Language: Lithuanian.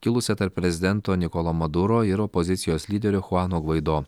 kilusią tarp prezidento nikolo maduro ir opozicijos lyderio chuano gvaido